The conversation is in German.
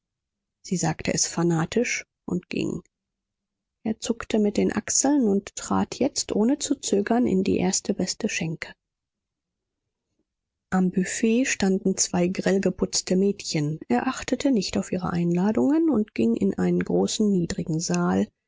sie sagte es fanatisch und ging er zuckte mit den achseln und trat jetzt ohne zu zögern in die erste beste schenke am büfett standen zwei grell geputzte mädchen er achtete nicht auf ihre einladungen und ging in einen großen niedrigen saal